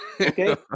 okay